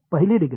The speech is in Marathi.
पहिली डिग्री